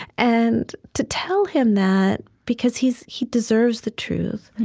and to tell him that, because he's he deserves the truth.